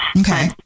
Okay